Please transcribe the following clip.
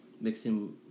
Mixing